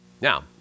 Now